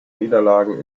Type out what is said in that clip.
niederlagen